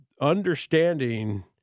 Understanding